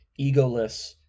egoless